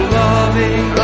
loving